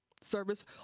Service